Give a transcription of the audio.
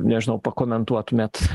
nežinau pakomentuotumėt